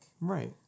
Right